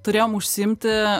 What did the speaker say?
turėjom užsiimti